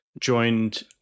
joined